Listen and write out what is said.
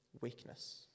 weakness